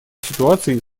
ситуацией